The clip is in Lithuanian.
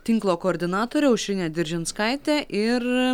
tinklo koordinatorė aušrinė diržinskaitė ir